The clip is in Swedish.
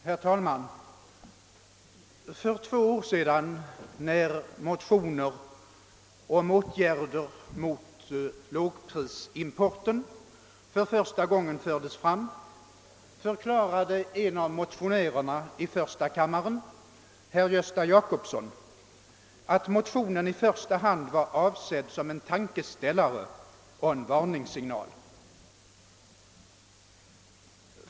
Herr talman! När det för två år sedan för första gången väcktes motioner med begäran om åtgärder mot lågprisimporten förklarade en av motionärerna i första kammaren, herr Gösta Jacobsson, att motionerna i första hand var avsedda som en tankeställare och en varningssignal.